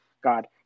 God